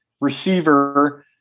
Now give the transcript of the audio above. receiver